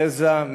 גזע,